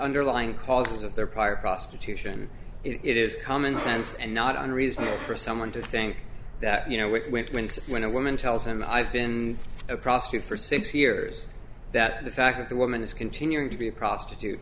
underlying causes of their prior prostitution it is common sense and not unreasonable for someone to think that you know what went through and when a woman tells him i've been a prostitute for six years that the fact that the woman is continuing to be a prostitute